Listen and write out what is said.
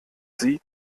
sie